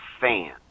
fan